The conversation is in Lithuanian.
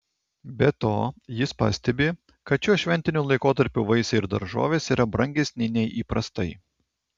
be to jis pastebi kad šiuo šventiniu laikotarpiu vaisiai ir daržovės yra brangesni nei įprastai